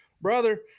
Brother